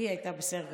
היא הייתה בסדר גמור.